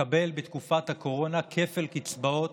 מקבל בתקופת הקורונה כפל קצבאות.